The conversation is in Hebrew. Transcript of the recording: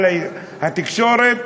אבל התקשורת,